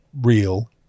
real